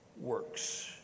works